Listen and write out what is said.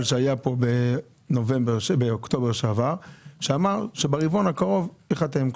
שהיה כאן באוקטובר שעבר שאמר שברבעון הקרוב ייחתם.